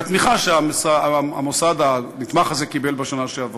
התמיכה שהמוסד הנתמך הזה קיבל בשנה שעברה,